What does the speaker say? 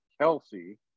Kelsey